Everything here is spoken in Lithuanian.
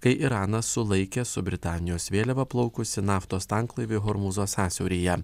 kai iranas sulaikė su britanijos vėliava plaukusį naftos tanklaivį hormūzo sąsiauryje